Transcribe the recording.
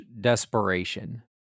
desperation